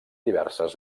diverses